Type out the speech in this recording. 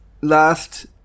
last